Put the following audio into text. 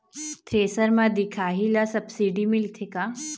Thresher म दिखाही ला सब्सिडी मिलथे का?